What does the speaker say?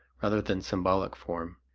rather than symbolic, form.